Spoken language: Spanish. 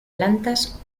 plantas